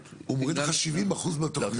הוא --- הוא מוריד לך 70% מהתוכניות,